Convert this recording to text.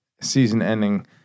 season-ending